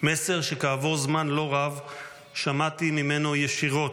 מסר שכעבור זמן לא רב שמעתי ממנו ישירות,